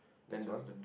that's one